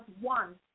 one